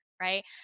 right